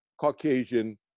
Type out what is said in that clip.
Caucasian